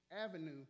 avenue